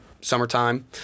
summertime